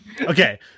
okay